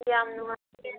ꯌꯥꯝ ꯅꯨꯡꯉꯥꯏꯅꯤꯌꯦ